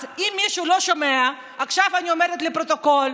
אז אם מישהו לא שומע, אני אומרת עכשיו לפרוטוקול: